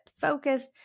focused